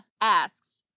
asks